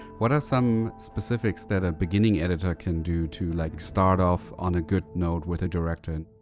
what are some specifics that a beginning editor can do to, like, start off on a good note with a director? and